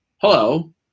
hello